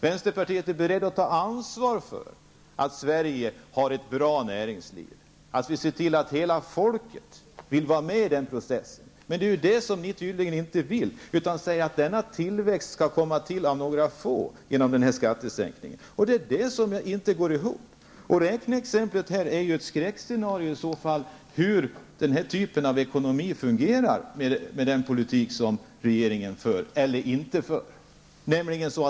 Vänsterpartiet är berett att ta ansvar för att Sverige har ett bra näringsliv och att vi ser till att hela folket vill vara med i den processen. Men detta vill ni tydligen inte, utan ni säger att denna tillväxt skall komma av några få genom den här skattesänkningen. Detta går inte ihop. Räkneexemplet här är ju ett skräckscenario på hur den här typen av ekonomi fungerar med den politik som regeringen för, eller inte för.